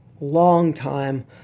longtime